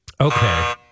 Okay